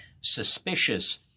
suspicious